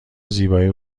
زیبایی